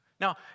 Now